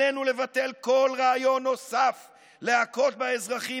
עלינו לבטל כל רעיון נוסף להכות באזרחים